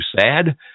sad